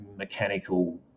Mechanical